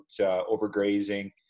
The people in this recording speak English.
overgrazing